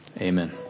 amen